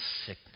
sickness